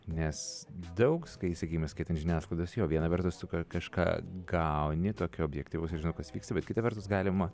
nes daug skai sakykim skaitant žiniasklaidos jo viena vertus tu kažką gauni tokio objektyvaus ir žinai kas vyksta bet kita vertus galima